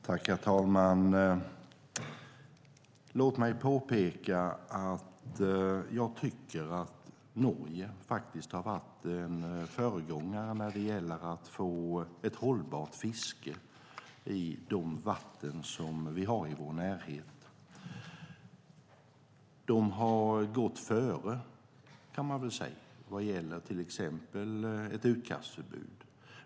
Herr talman! Låt mig påpeka att Norge faktiskt har varit en föregångare när det gäller att få ett hållbart fiske i de vatten som vi har i vår närhet. De har gått före, kan man väl säga, vad gäller till exempel ett utkastförbud.